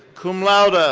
cum laude, ah